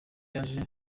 yaje